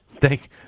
Thank